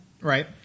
Right